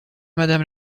madame